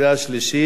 נא להצביע.